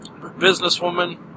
Businesswoman